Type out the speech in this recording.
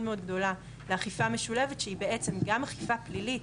גדולה לאכיפה משולבת שהיא בעצם גם אכיפה פלילית,